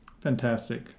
Fantastic